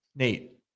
Nate